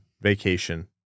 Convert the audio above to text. vacation